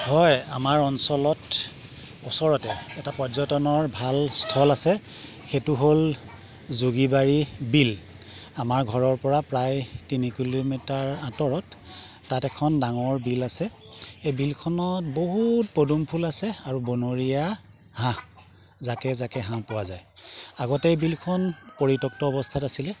হয় আমাৰ অঞ্চলত ওচৰতে এটা পৰ্যটনৰ ভাল স্থল আছে সেইটো হ'ল যোগীবাৰী বিল আমাৰ ঘৰৰপৰা প্ৰায় তিনি কিলোমিটাৰ আঁতৰত তাত এখন ডাঙৰ বিল আছে এই বিলখনত বহুত পদুম ফুল আছে আৰু বনৰীয়া হাঁহ জাকে জাকে হাঁহ পোৱা যায় আগতে এই বিলখন পৰিত্যক্ত অৱস্থাত আছিলে